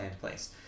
place